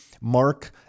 Mark